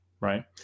Right